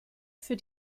für